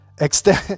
extend